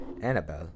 Annabelle